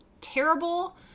terrible